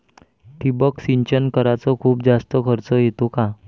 ठिबक सिंचन कराच खूप जास्त खर्च येतो का?